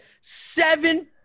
seven